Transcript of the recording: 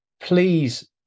please